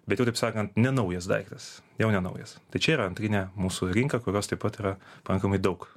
bet jau taip sakant ne naujas daiktas jau nenaujas tai čia yra antrinė mūsų rinka kurios taip pat yra pakankamai daug